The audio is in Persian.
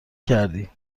کردی